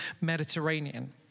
Mediterranean